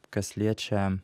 kas liečia